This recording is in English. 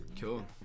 Cool